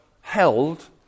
held